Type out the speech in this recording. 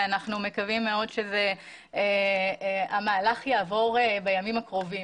אנחנו מקווים מאוד שהמהלך יעבור בימים הקרובים.